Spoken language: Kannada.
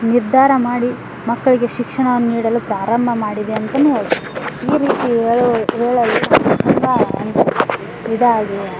ನಿರ್ಧಾರ ಮಾಡಿ ಮಕ್ಕಳಿಗೆ ಶಿಕ್ಷಣವನ್ನು ನೀಡಲು ಪ್ರಾರಂಭ ಮಾಡಿದೆ ಅಂತನೂ ಹೇಳ್ಬೋದ್ ಈ ರೀತಿ ಹೇಳುದ್ ಹೇಳಲು ತುಂಬ ಇದಾಗಿಯೇ